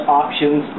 options